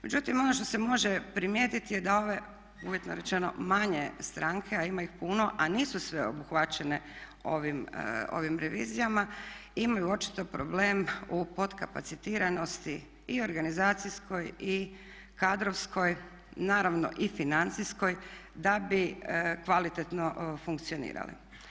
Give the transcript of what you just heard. Međutim, ono što se može primijetiti je da ove uvjetno rečeno manje stranke, a ima ih puno, a nisu sve obuhvaćene ovim revizijama imaju očito problem u potkapacitiranosti i organizacijskoj i kadrovskoj, naravno i financijskoj da bi kvalitetno funkcionirale.